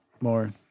more